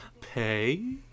pay